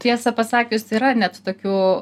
tiesą pasakius yra net tokių